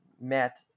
met